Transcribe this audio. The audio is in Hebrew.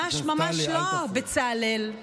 ממש ממש לא, בצלאל.